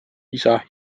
isa